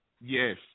Yes